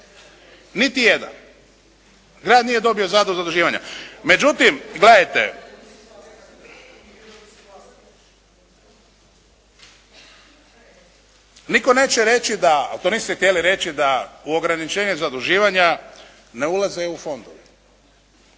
Niti jedan grad nije dobio zabranu zaduživanja. Međutim, gledajte. …/Upadica se ne čuje./… Nitko neće reći, a to niste htjeli reći da u ograničenje zaduživanja ne ulaze EU fondovi,